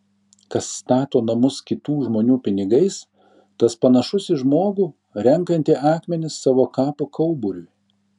kas stato namus kitų žmonių pinigais tas panašus į žmogų renkantį akmenis savo kapo kauburiui